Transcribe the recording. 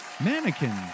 Mannequins